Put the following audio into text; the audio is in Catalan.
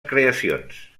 creacions